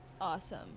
Awesome